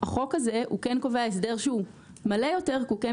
החוק הזה כן קובע הסדר שהוא מלא יותר כי הוא כן